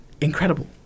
incredible